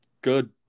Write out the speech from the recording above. good